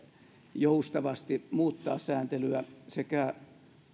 joustavasti muuttaa sääntelyä sekä